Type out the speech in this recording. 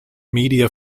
media